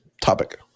topic